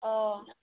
অঁ